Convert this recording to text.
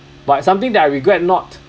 but something that I regret not